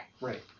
Right